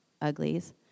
uglies